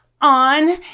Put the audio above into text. on